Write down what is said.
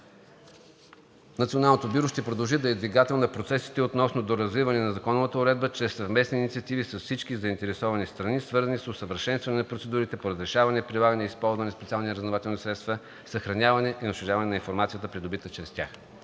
Националното бюро ще продължи да е двигател на процесите относно доразвиване на законовата уредба чрез съвместни инициативи с всички заинтересовани страни, свързани с усъвършенстване на процедурите по разрешаване, прилагане и използване на специални разузнавателни средства, съхраняване и унищожаване на информацията, придобита чрез тях.